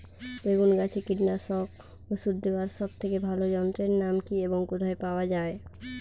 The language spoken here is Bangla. বেগুন গাছে কীটনাশক ওষুধ দেওয়ার সব থেকে ভালো যন্ত্রের নাম কি এবং কোথায় পাওয়া যায়?